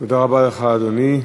תודה רבה לך, אדוני.